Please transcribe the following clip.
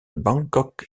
bangkok